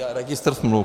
A registr smluv?